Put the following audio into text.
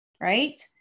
right